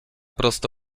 prosto